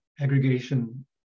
aggregation